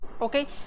okay